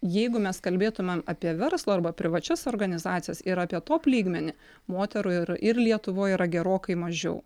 jeigu mes kalbėtumėm apie verslo arba privačias organizacijas ir apie top lygmenį moterų ir ir lietuvoj yra gerokai mažiau